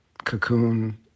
cocoon